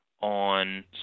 on